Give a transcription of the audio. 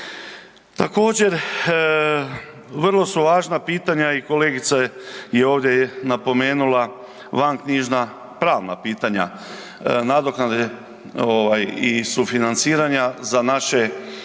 Također, vrlo su važna pitanja i kolegica je ovdje i napomenula, vanknjižna pravna pitanja nadoknade i sufinanciranja za naše vanknjižne